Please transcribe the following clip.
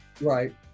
Right